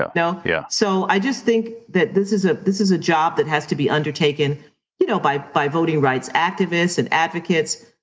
you know yeah so i just think that this is ah this is a job that has to be undertaken you know by by voting rights activists and advocates,